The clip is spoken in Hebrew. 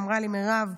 היא אמרה לי: מירב,